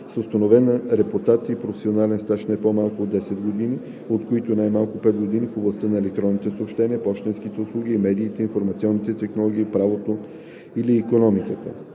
с установена репутация и професионален стаж не по-малко от 10 години, от които най-малко 5 години в областта на електронните съобщения, пощенските услуги, медиите, информационните технологии, правото или икономиката.“